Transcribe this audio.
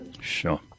sure